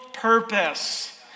purpose